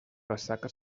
ressaca